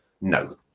No